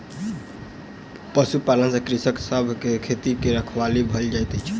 पशुपालन से कृषक सभ के खेती के रखवाली भ जाइत अछि